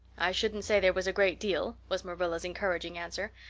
i shouldn't say there was a great deal was marilla's encouraging answer.